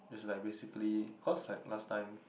is like basically cause like last time